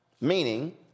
Meaning